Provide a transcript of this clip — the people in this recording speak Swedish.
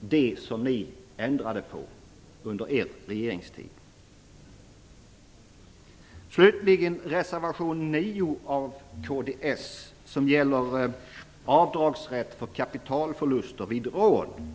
det som ni ändrade på under er regeringstid. Slutligen till reservation nr 9 av kds, som gäller avdragsrätt för kapitalförluster vid rån.